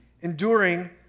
enduring